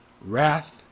wrath